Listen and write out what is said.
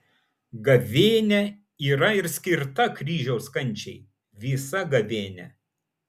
gavėnia yra ir skirta kryžiaus kančiai visa gavėnia